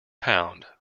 pound